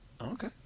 Okay